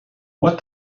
what